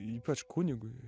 ypač kunigui